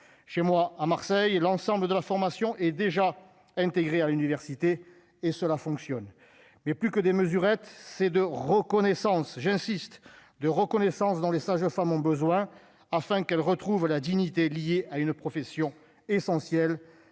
chez moi à Marseille et l'ensemble de la formation est déjà intégré à l'université et cela fonctionne, mais plus que des mesurettes ces de reconnaissance, j'insiste, de reconnaissance dans les sages-femmes ont besoin afin qu'elles retrouvent la dignité liée à une profession essentielle